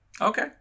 okay